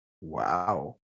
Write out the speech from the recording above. Wow